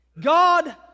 God